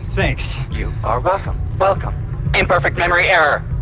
thanks you are welcome-welcome. imperfect memory error!